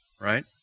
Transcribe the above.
right